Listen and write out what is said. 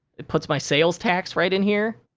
it puts my sales tax right in here.